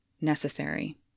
necessary